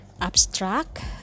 abstract